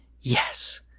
Yes